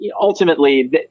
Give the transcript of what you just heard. ultimately